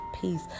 peace